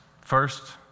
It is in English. First